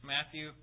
Matthew